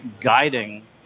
guiding